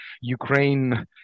Ukraine